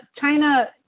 China